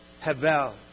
havel